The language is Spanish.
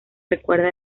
recuerda